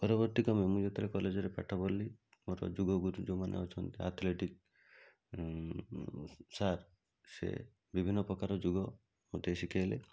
ପରବର୍ତ୍ତୀ କ୍ରମେ ମୁଁ ଯେତେବେଳେ କଲେଜରେ ପାଠ ପଢ଼ିଲି ମୋର ଯୋଗ ଗୁରୁ ଯେଉଁମାନେ ଅଛନ୍ତି ଆଥଲେଟିକ୍ ସାର୍ ସେ ବିଭିନ୍ନ ପ୍ରକାର ଯୋଗ ମୋତେ ଶିଖାଇଲେ